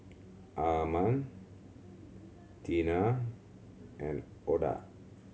Arman Tina and Oda